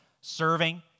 serving